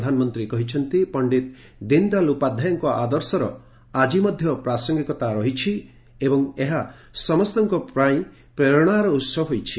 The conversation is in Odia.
ପ୍ରଧାନମନ୍ତ୍ରୀ କହିଛନ୍ତି ପଣ୍ଡିତ ଦୀନଦୟାଲ ଉପାଧ୍ୟାୟଙ୍କ ଆଦର୍ଶର ଆଜି ମଧ୍ୟ ପ୍ରାସଙ୍ଗିକତା ରହିଛି ଓ ଏହା ସମସ୍ତଙ୍କ ପାଇଁ ପ୍ରେରଣାର ଉସ ହୋଇଛି